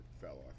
fellow